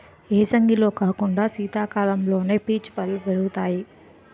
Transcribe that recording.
ఏసంగిలో కాకుండా సీతకాలంలోనే పీచు పల్లు పెరుగుతాయి